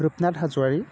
Rupnath Hajowary